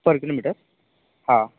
पर kilometre हा